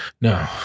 No